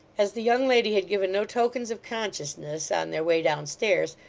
as the young lady had given no tokens of consciousness on their way downstairs,